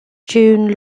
june